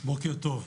בוקר טוב.